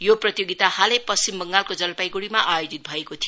यो प्रतियोगिता हालै पश्चिम बंगालको जलपाईगुडीमा आयोजित भएको थियो